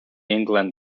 england